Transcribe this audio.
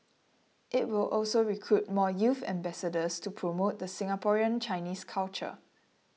it will also recruit more youth ambassadors to promote the Singaporean Chinese culture